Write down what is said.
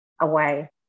away